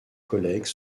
collègues